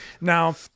now